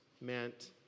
meant